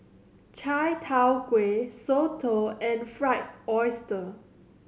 Chai Tow Kuay Soto and Fried Oyster